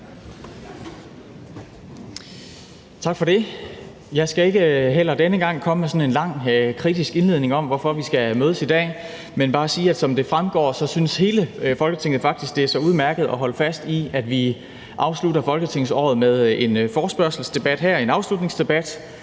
Tak for det. Jeg skal ikke heller denne gang komme med sådan en lang, kritisk indledning om, hvorfor vi skal mødes i dag, men bare sige, at som det fremgår, synes hele Folketinget faktisk, det er så udmærket at holde fast i, at vi afslutter folketingsåret med en forespørgselsdebat, en afslutningsdebat